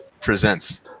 presents